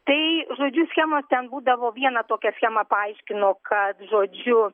tai žodžius schemos ten būdavo viena tokia schema paaiškino kad žodžiu